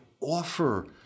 offer